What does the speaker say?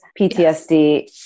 PTSD